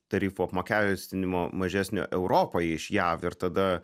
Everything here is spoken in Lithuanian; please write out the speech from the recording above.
tarifų apmokestinimo mažesnio europoje iš jav ir tada